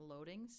loadings